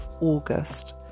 August